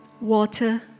water